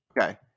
Okay